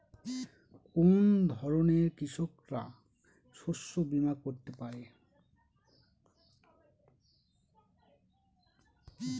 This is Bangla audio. কোন ধরনের কৃষকরা শস্য বীমা করতে পারে?